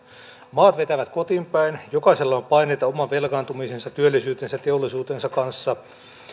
maat vetävät kotiinpäin jokaisella on paineita oman velkaantumisensa työllisyytensä ja teollisuutensa kanssa